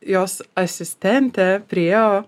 jos asistentė priėjo